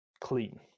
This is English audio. clean